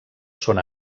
són